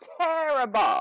terrible